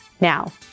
Now